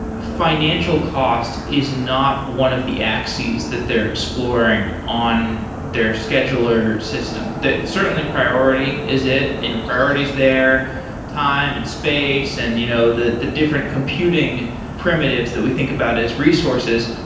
financial cost is not one of the axes that they're exploring on their scheduler system. certainly, priority is it. you know priority is there. time and space and you know the the different computing primitives that we think about as resources,